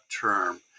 term